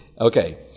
Okay